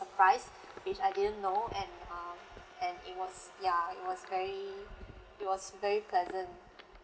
surprise which I didn't know and um and it was ya it was very it was very pleasant